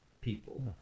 people